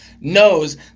knows